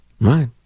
Right